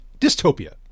dystopia